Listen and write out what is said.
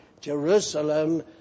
Jerusalem